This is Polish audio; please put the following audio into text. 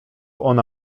ona